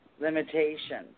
limitation